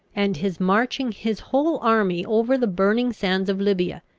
and his marching his whole army over the burning sands of libya,